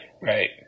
Right